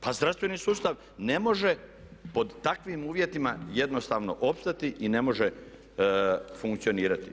Pa zdravstveni sustav ne može pod takvim uvjetima jednostavno opstati i ne može funkcionirati.